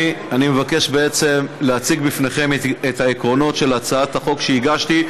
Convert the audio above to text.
אני מבקש להציג בפניכם את העקרונות של הצעת החוק שהגשתי,